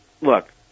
look